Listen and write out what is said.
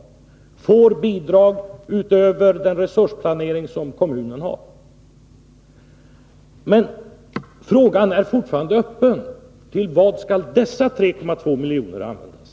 Stiftelsen får bidrag utöver den resursplanering som kommunen har. Men frågan är fortfarande öppen: Till vad skall de nu aktuella 3,2 miljonerna användas?